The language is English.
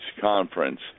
Conference